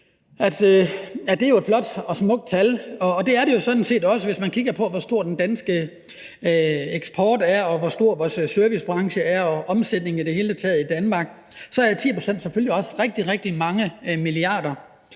et smukt og flot og smukt tal, og der er det jo sådan set også. Hvis man kigger på, hvor stor den danske eksport er, hvor stor vores servicebranche og omsætningen i Danmark i det hele taget er, så er 10 pct. selvfølgelig også rigtig, rigtig mange milliarder.